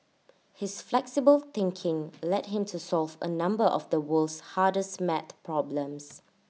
his flexible thinking led him to solve A number of the world's hardest maths problems